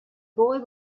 boy